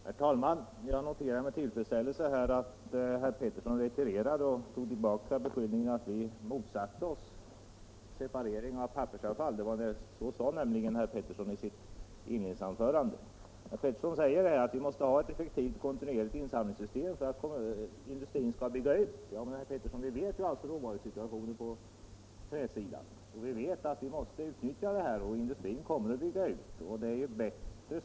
Herr talman! Jag noterar med tillfredsställelse att herr Pettersson i Lund retirerade och tog tillbaka beskyllningen, att vi motsätter oss en separering av pappersavfall. Så sade nämligen herr Pettersson i sitt inledningsanförande. Herr Pettersson säger att vi måste ha ett effektivt kontinuerligt insamlingssystem för att industrin skall kunna bygga ut. Men, herr Pettersson, vi känner ju till råvarusituationen på träsidan, och vi vet att man måste utnyttja pappersavfallet och att industrin kommer att bygga ut sina anläggningar.